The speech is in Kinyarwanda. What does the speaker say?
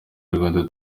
rwanda